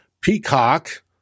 Peacock